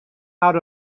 out